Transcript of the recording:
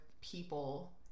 people